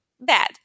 bad